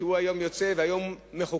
שהיום יוצא ומחוקק,